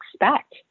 expect